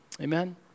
Amen